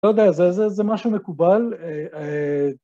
‫לא יודע, זה משהו מקובל.